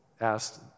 asked